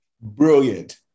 Brilliant